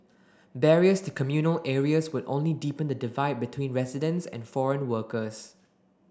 barriers to communal areas would only deepen the divide between residents and foreign workers